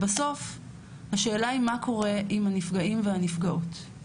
בסוף השאלה היא מה קורה עם הנפגעים והנפגעות.